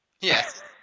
Yes